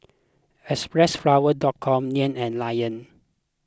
Xpressflower dot com Nan and Lion